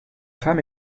femme